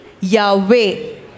Yahweh